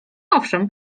owszem